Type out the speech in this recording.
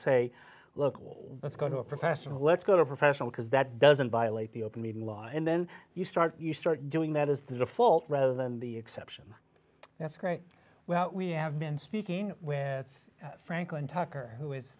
say look what's go to a professional let's go to professional because that doesn't violate the open meeting law and then you start you start doing that is the default rather than the exception that's great well we have been speaking with franklin tucker who is